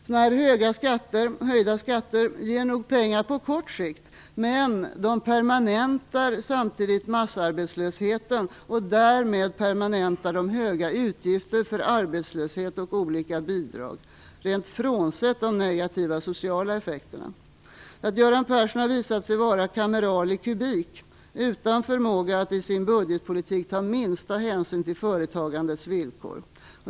Sådana här höjda skatter ger nog pengar på kort sikt, men de permanentar samtidigt massarbetslösheten, och därmed permanentar de höga utgifter för arbetslöshet och olika bidrag, helt frånsett de negativa sociala effekterna. Göran Persson har visat sig vara kameral i kubik, utan förmåga att i sin budgetpolitik ta minsta hänsyn till företagandets villkor.